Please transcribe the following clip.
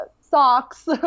socks